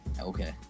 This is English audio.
Okay